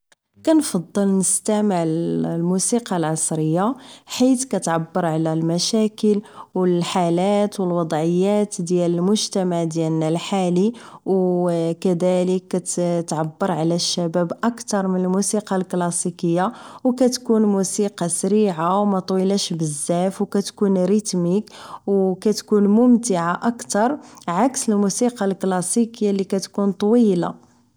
كنفضل نستمع للموسيقى العصرية حيت كتعبر على المشاكل و الحالات و الوضعيات ديال المجتمع ديالنا الحالي و كذالك كتعبر على الشباب اكثر من الموسيقى الكلاسيكية و كتكون موسيقى سريعة ماطويلاش بزاف و كتكون ريتميك و كتكون ممتعة اكثر عكس الموسيقى الكلاسيكية اللي كتكون طويلة